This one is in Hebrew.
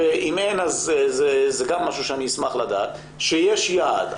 ואם אין אז זה גם משהו שאשמח לדעת, שיש יעד.